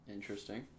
Interesting